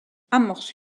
amorce